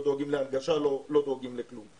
לא דואגים להנגשה ולא דואגים לכלום.